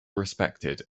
respected